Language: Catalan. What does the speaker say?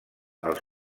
els